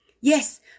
Yes